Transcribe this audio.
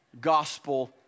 gospel